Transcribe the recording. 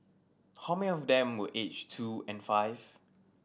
how many of them were aged two and five